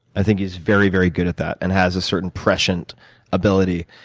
i think he's very, very good at that, and has a certain prescient ability.